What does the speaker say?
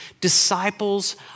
Disciples